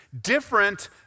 different